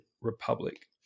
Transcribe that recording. republic